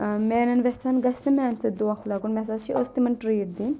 میانؠن وؠسَن گژھِ نہٕ میانہِ سۭتۍ دونٛکھٕ لَگُن مےٚ ہسا چھِ ٲسۍ تِمَن ٹرٛیٖٹ دِنۍ